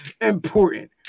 important